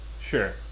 Sure